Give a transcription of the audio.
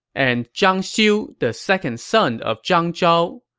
and zhang xiu, the second son of zhang zhao.